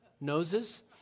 noses